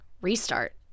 Restart